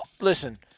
listen